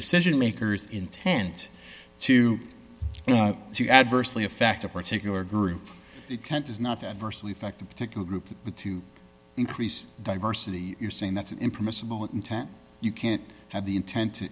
decision makers intends to go to adversely affect a particular group is not adversely affect a particular group to increase diversity you're saying that's an impermissible intent you can't have the intent to